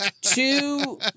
two